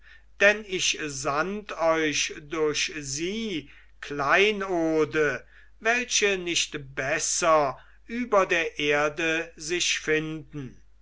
denn ich sandt euch durch sie kleinode welche nicht besser über der erde sich finden